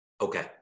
Okay